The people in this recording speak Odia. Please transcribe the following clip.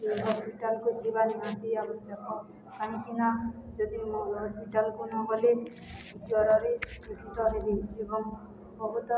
ହସ୍ପିଟାଲ୍କୁ ଯିବା ନିହାତି ଆବଶ୍ୟକ କାହିଁକିନା ଯଦି ହସ୍ପିଟାଲ୍କୁ ନଗଲେ ଜ୍ୱରରେ ହେବି ଏବଂ ବହୁତ